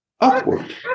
upward